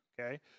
okay